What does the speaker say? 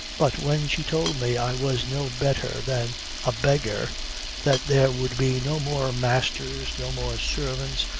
but when she told me i was no better than a beggar that there would be no more masters, no more servants,